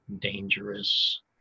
dangerous